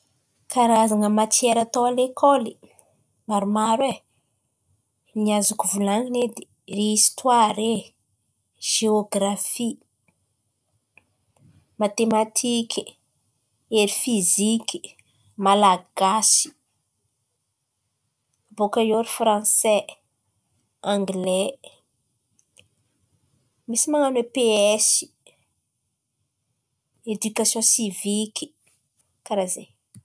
Karazan̈a matiera atao a-lekoly maromaro e, ny azoko volan̈ina edy: ry histoara e, geografy, matematiky, ery fiziky, malagasy, bôkà eo franse, angle. Misy man̈ano EPS, edikasion siviky karà zay.